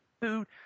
food